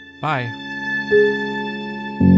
Bye